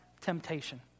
temptation